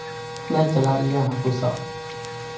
ᱟᱞᱮ ᱞᱮ ᱪᱟᱞᱟᱜ ᱜᱮᱭᱟ ᱦᱟᱹᱠᱩ ᱥᱟᱵ